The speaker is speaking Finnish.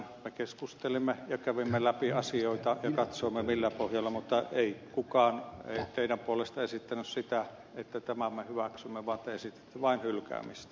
me keskustelimme ja kävimme läpi asioita ja katsoimme millä pohjalla mutta ei kukaan teidän puolestanne esittänyt sitä että tämän me hyväksymme vaan te esititte vain hylkäämistä